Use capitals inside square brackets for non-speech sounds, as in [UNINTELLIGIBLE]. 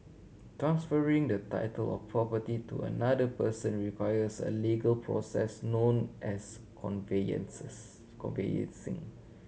transferring the title of property to another person requires a legal process known as [UNINTELLIGIBLE] conveyancing